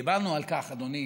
דיברנו על כך, אדוני,